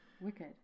Wicked